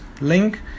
link